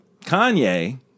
Kanye